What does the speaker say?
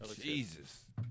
Jesus